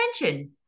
attention